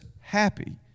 happy